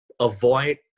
avoid